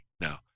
now